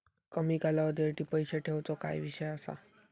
कमी कालावधीसाठी पैसे ठेऊचो काय विषय असा?